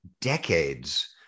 decades